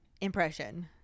impression